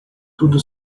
tudo